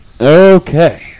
Okay